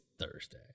Thursday